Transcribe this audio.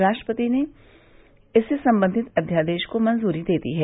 राष्ट्रपति ने इससे संबंधित अध्यादेश को मंजूरी दे दी है